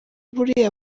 buriya